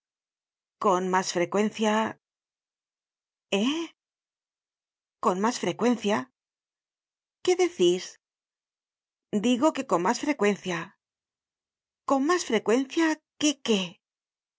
con mas frecuencia eh con mas frecuencia qué decís digo que con mas frecuencia con mas frecuencia que qué